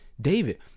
David